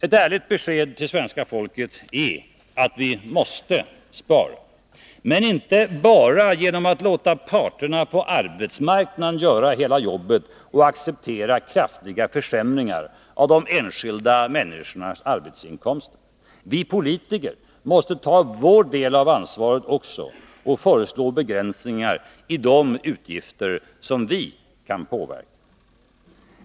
Ett ärligt besked till svenska folket är att vi måste spara — men inte bara genom att låta parterna på arbetsmarknaden göra hela jobbet och acceptera kraftiga försämringar av de enskilda människornas arbetsinkomster. Vi politiker måste ta vår del av ansvaret också och föreslå begränsningar i de utgifter som vi kan påverka.